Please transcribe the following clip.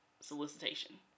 solicitation